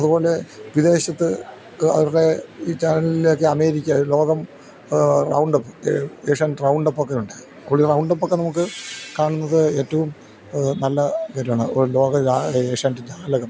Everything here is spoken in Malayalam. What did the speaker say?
അതുപോലെ വിദേശത്ത് അവരുടെ ഈ ചാനലിലെ ഒക്കെ അമേരിക്ക ലോകം റൗണ്ടപ്പ് ഏഷ്യൻ റൗണ്ടപ്പ് ഒക്കെ ഉണ്ട് റൗണ്ടപ്പ് ഒക്കെ നമുക്ക് കാണുന്നത് ഏറ്റവും നല്ല കാര്യമാണ് ഒരു ലോക ഏഷ്യാനെറ്റ് ജാലകം